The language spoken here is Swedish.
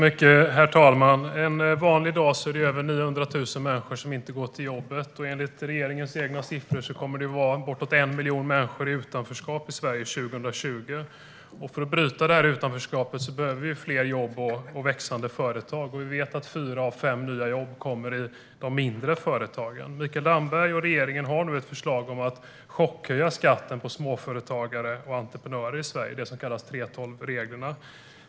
Herr talman! En vanlig dag är det över 900 000 människor som inte går till jobbet. Enligt regeringens egna siffror kommer det att vara bortåt 1 miljon människor i utanförskap i Sverige år 2020. För att bryta utanförskapet behöver vi fler jobb och växande företag. Vi vet att fyra av fem nya jobb kommer i de mindre företagen. Mikael Damberg och regeringen har nu ett förslag om att chockhöja skatten för småföretagare och entreprenörer i Sverige, det som kallas 3:12reglerna.